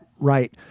Right